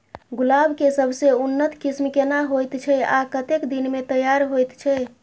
गुलाब के सबसे उन्नत किस्म केना होयत छै आ कतेक दिन में तैयार होयत छै?